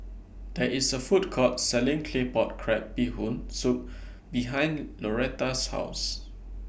There IS A Food Court Selling Claypot Crab Bee Hoon Soup behind Lauretta's House